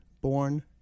born